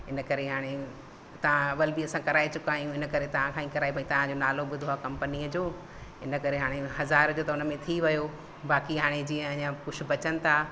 इन करे हाणे तव्हां अवल बि असां कराए चुका आहियूं इन करे तव्हां खां ई करायूं भाई तव्हांजो नालो ॿुधो आहे कंपनीअ जो इन करे हाणे हज़ार जो त उन में थी वियो बाक़ी हाणे जीअं अञा कुझु बचनि था